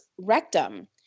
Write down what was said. rectum